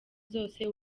zose